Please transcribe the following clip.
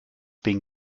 been